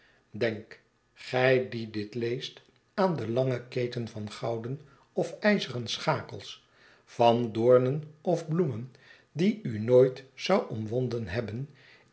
denk gij die dit leest aan de lange keten van gouden of ijzeren schakels van doornen of bloemen die u nooit zou omwonden hebben